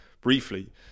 briefly